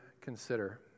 consider